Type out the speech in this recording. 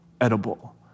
edible